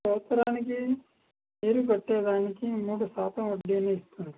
సంవత్సరానికి మీరు కట్టే దానికి మూడు శాతం వడ్డీని ఇస్తారు